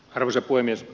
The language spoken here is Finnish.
arvoisa puhemies